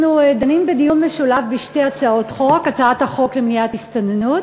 אנחנו דנים בדיון משולב בשתי הצעות חוק: הצעת החוק למניעת הסתננות